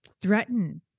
threaten